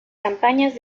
campañas